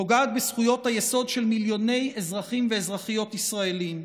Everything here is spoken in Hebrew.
פוגעת בזכויות היסוד של מיליוני אזרחים ואזרחיות ישראלים,